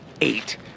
eight